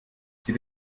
sie